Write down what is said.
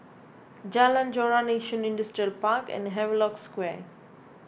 Jalan Joran Yishun Industrial Park and Havelock Square